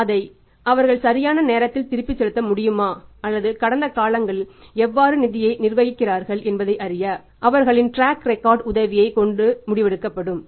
அதை அவர்கள் சரியான நேரத்தில் திருப்பிச் செலுத்த முடியுமா அல்லது கடந்த காலங்களில் எவ்வாறு நிதியை நிர்வகிக்கிறார்கள் என்பதை அறிய அவர்களின் ட்ராக் ரெக்கார்ட் உதவியைக் கொண்டு முடிவெடுக்கப்படும்